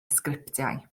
sgriptiau